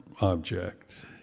object